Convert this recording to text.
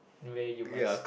where you must